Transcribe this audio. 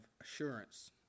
assurance